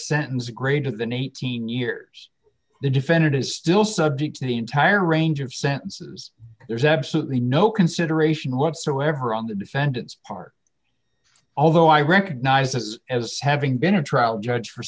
sentence greater than eighteen years the defendant is still subject to the entire range of sentences there's absolutely no consideration whatsoever on the defendant's part although i recognize as as having been a trial judge for